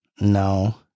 No